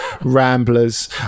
Ramblers